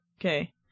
Okay